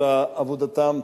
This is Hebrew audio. של עבודתם,